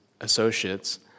associates